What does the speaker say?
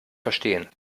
verstehen